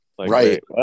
Right